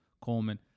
Coleman